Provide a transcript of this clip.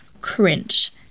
cringe